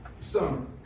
Summer